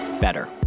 better